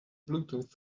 bluetooth